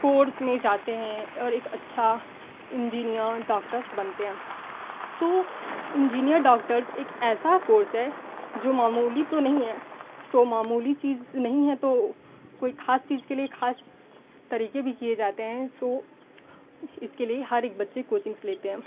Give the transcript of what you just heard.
course में जाते हैं और एक अच्छा इंजीनीयर डॉक्टर्स बनते हैं सो इंजीनियर डॉक्टर्स एक ऐसा कोर्स है जो मामूली तो नहीं है सो मामूली चीज़ नहीं है तो कोई खास चीज़ के लिये खास तरीके भी किए जाते हैं सो इसके लिए हर एक बच्चे कोचिंग्स लेते हैं